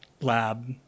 lab